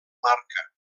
marca